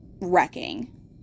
wrecking